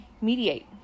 mediate